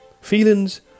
Feelings